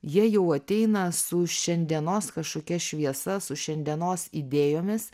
jie jau ateina su šiandienos kažkokia šviesa su šiandienos idėjomis